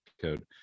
code